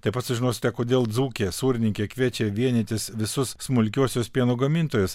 taip pat sužinosite kodėl dzūkė sūrininkė kviečia vienytis visus smulkiuosius pieno gamintojus